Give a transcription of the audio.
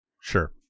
Sure